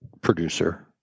producer